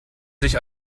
sich